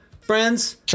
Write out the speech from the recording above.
Friends